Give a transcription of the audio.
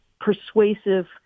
persuasive